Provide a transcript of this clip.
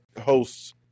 hosts